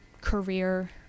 career